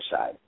side